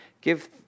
give